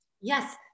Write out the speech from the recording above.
Yes